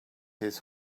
his